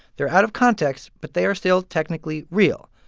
they're out of context, but they are still technically real.